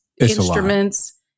instruments